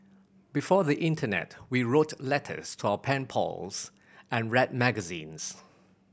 before the internet we wrote letters to our pen pals and read magazines